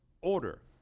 order